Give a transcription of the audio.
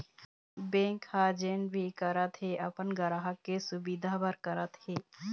bank ह जेन भी करत हे अपन गराहक के सुबिधा बर करत हे